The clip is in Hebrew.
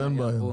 אין בעיה.